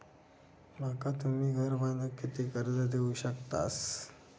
माका तुम्ही घर बांधूक किती कर्ज देवू शकतास?